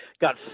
got